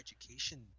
education